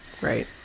right